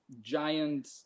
giant